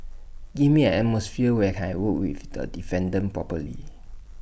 give me an atmosphere where I can work with the defendant properly